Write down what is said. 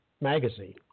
Magazine